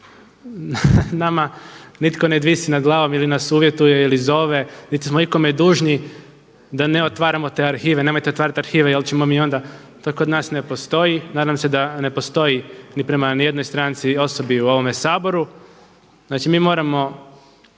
Nama nitko ne visi nad glavom ili nas uvjetuje ili zove, niti smo ikome dužni da ne otvaramo te arhive. Nemojte otvarat arhive jer ćemo mi onda, to kod nas ne postoji. Nadam se da ne postoji ni prema jednoj stranci, osobi u ovome Saboru. Znači mi moramo